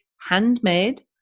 handmade